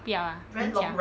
不要啊 very 假